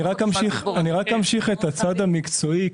אני רק אמשיך את הצד המקצועי,